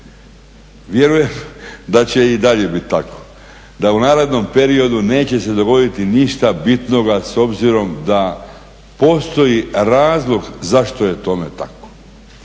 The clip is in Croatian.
Vjerujem da će i dalje biti tako, da u narednom periodu neće se dogoditi ništa bitnoga s obzirom da postoji razlog zašto je tome tako.